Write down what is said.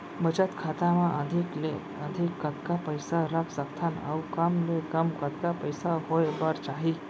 बचत खाता मा अधिक ले अधिक कतका पइसा रख सकथन अऊ कम ले कम कतका पइसा होय बर चाही?